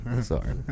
sorry